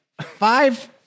Five